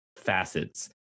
Facets